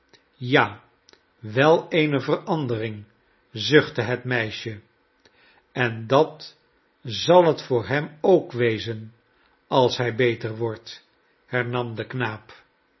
ja wel eene verandering zuchte het meisje en dat zal het voor hem ook wezen als hij beter wordt hernam de knaap